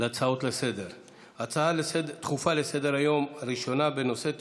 להצעות דחופות לסדר-היום מס' 127,